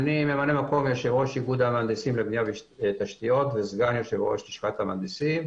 יושב-ראש איגוד המהנדסים לבנייה ותשתיות וסגן יושב-ראש לשכת המהנדסים.